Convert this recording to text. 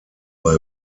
bei